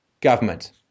government